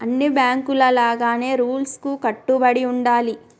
అన్ని బాంకుల లాగానే రూల్స్ కు కట్టుబడి ఉండాలి